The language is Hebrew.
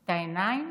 את העיניים,